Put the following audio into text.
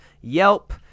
Yelp